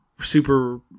super